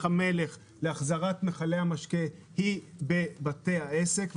דרך המלך להחזרת מכלי המשקה היא בבתי העסק,